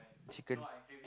chicken